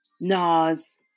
NAS